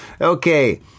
Okay